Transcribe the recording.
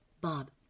Bob